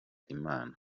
imana